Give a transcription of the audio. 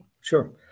Sure